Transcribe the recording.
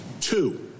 Two